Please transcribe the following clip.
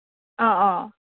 ꯑꯥ ꯑꯥ